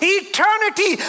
eternity